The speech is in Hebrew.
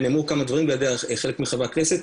ונאמרו כמה דברים על ידי חלק מחברי הכנסת,